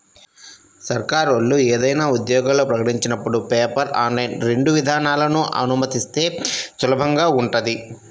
సర్కారోళ్ళు ఏదైనా ఉద్యోగాలు ప్రకటించినపుడు పేపర్, ఆన్లైన్ రెండు విధానాలనూ అనుమతిస్తే సులభంగా ఉంటది